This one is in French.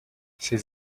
ses